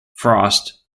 frost